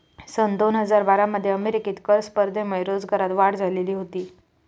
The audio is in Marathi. सन दोन हजार बारा मध्ये अमेरिकेत कर स्पर्धेमुळे रोजगारात वाढ झालेली होती